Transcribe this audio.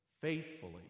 faithfully